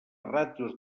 ràtios